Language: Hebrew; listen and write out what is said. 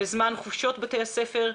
בזמן חופשות בתי ספר,